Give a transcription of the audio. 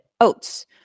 oats